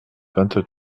vingt